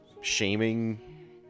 shaming